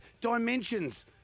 dimensions